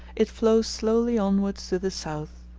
it flows slowly onwards to the south.